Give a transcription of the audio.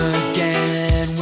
again